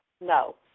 no